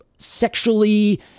sexually